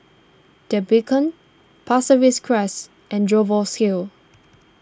the Beacon Pasir Ris Crest and Jervois Hill